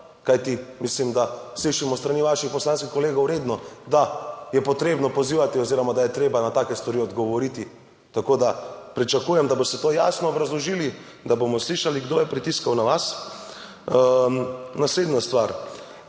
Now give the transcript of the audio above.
Kajti, mislim, da slišimo s strani vaših poslanskih kolegov redno, da je potrebno pozivati oziroma da je treba na take stvari odgovoriti, tako da pričakujem, da boste to jasno obrazložili, da bomo slišali, kdo je pritiskal na vas. Naslednja stvar.